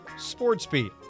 sportsbeat